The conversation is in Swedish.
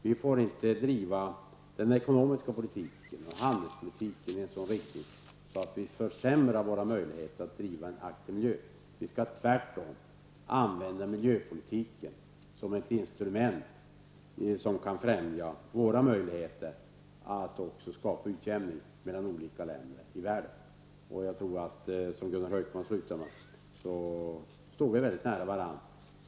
Vi får inte driva den ekonomiska politiken och handelspolitiken i sådan riktning att vi försämrar våra möjligheter att driva en aktiv miljöpolitik. Vi skall tvärtom använda miljöpolitiken som ett instrument som kan främja våra möjligheter att skapa utjämning mellan olika länder i världen. Jag tror att vi, som Gunnar Hökmark sade i slutet av sitt anförande, står väldigt nära varandra.